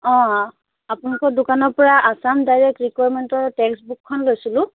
অঁ আপোনালোকৰ দোকানৰপৰা আচাম ডাইৰেক্ট ৰিকুৱাৰমেন্টৰ টেক্সট বুকখন লৈছিলোঁ